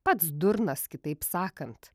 pats durnas kitaip sakant